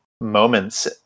moments